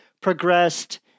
progressed